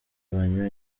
banywa